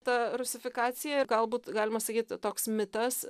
ta rusifikacija galbūt galima sakyti toks mitas